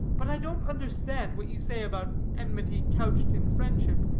but i don't understand what you say about enmity couched in friendship,